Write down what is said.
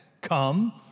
Come